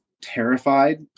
terrified